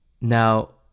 Now